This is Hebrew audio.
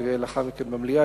ולאחר מכן במליאה,